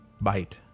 Bite